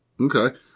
Okay